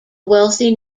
wealthy